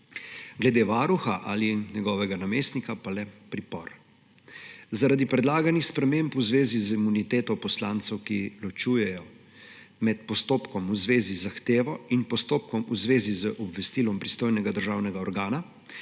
glede varuha ali njegovega namestnika pa le pripor. Zaradi predlaganih sprememb v zvezi z imuniteto poslancu, ki ločujejo med postopkom v zvezi z zahtevo in postopkom v zvezi z obvestilom pristojnega državnega organa,